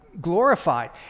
glorified